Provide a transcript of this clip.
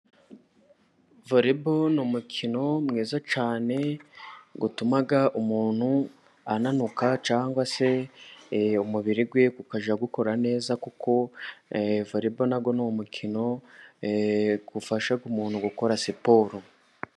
Vole bolo ni umukino mwiza cyane, utuma umuntu ananuka, cyangwa se umubiri we ukajya ukora neza, kuko na vole bolo nawo ni umukino ufasha umuntu gukora siporo.